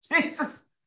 Jesus